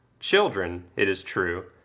children, it is true,